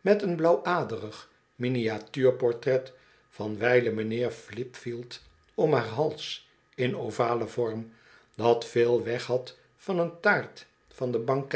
met een blauwaderig miniatuurportret van wijlen mijnheer flipfield om haar hals in ovalen vorm dat veel weghad van een taart van den